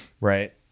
right